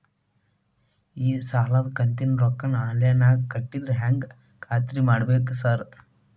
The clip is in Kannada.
ಈ ಸಾಲದ ಕಂತಿನ ರೊಕ್ಕನಾ ಆನ್ಲೈನ್ ನಾಗ ಕಟ್ಟಿದ್ರ ಹೆಂಗ್ ಖಾತ್ರಿ ಮಾಡ್ಬೇಕ್ರಿ ಸಾರ್?